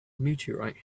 meteorite